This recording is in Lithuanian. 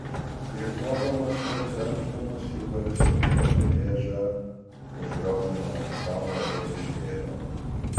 krypuodamas ir krenkšdamas igoris atitempė dėžę užrioglino ant stalo ir išėjo